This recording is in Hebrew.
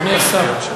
מרס.